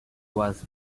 was